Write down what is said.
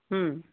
ಹ್ಞೂ